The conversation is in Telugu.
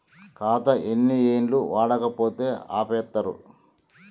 ఖాతా ఎన్ని ఏళ్లు వాడకపోతే ఆపేత్తరు?